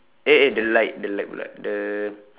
eh eh the light the light pula the